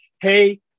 Hey